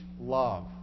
love